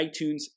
iTunes